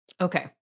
Okay